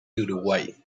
uruguay